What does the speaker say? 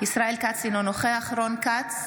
ישראל כץ, אינו נוכח רון כץ,